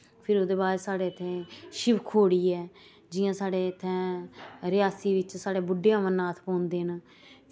फिर ओह्दे बार साढ़े इ'त्थें शिवखोड़ी ऐ जि'यां साढ़े इ'त्थें रियासी बिच साढ़े बुड्डे अमरनाथ पौंदे न